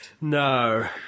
No